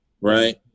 right